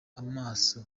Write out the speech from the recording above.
amaso